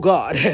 God